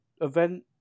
event